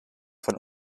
von